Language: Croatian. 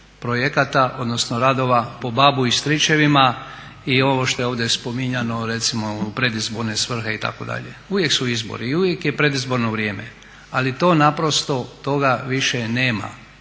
projekata odnosno radova po babu i stričevima i ovo što je ovdje spominjano recimo u predizborne svrhe itd. Uvijek su izbori i uvijek je predizborno vrijeme, ali toga više nema,